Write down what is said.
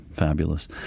fabulous